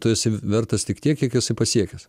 tu esi vertas tik tiek kiek esi pasiekęs